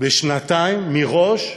שנתיים מראש?